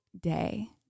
day